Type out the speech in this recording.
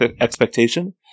expectation